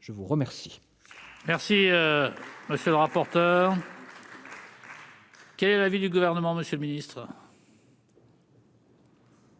je vous remercie.